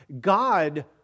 God